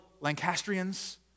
Lancastrians